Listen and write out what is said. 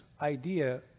idea